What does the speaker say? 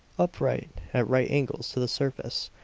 upright, at right angles to the surface,